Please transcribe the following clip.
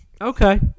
Okay